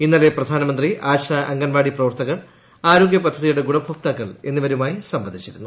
ഇന്നലെ പ്രധാനമന്ത്രി ആശ അങ്കനവാടി പ്രവർത്തകർ ആർോഗ്യ് പദ്ധതിയുടെ ഗുണഭോക്താക്കൾ എന്നിവരുമായി സ്ംവദിച്ചിരുന്നു